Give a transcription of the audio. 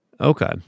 Okay